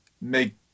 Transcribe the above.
make